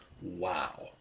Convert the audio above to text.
Wow